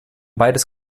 beides